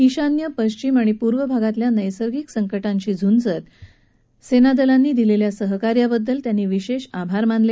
ईशान्य पश्चिम आणि पूर्व भागातल्या नैसर्गिक संकाशी झुंजत सेनेने दिलेल्या सहकार्यांबद्दल त्यांनी विशेष आभार मानले